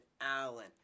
Allen